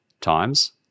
times